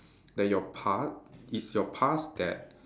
that your part is your past that